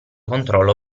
controllo